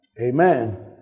Amen